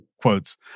quotes